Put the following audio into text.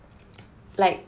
like